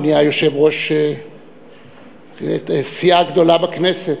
הוא נהיה יושב-ראש סיעה גדולה בכנסת,